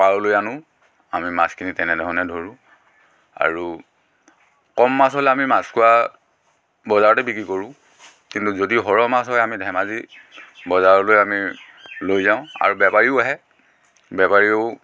পাৰলৈ আনোঁ আমি মাছখিনি তেনেধৰণে ধৰোঁ আৰু কম মাছ হ'লে আমি মাছখোৱা বজাৰতে বিক্ৰী কৰোঁ কিন্তু যদি সৰহ মাছ হয় আমি ধেমাজি বজাৰতো আমি লৈ যাওঁ আৰু বেপাৰীও আহে বেপাৰীও